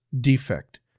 defect